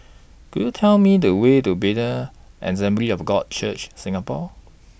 Could YOU Tell Me The Way to Bethel Assembly of God Church Singapore